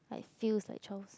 like feels like Charles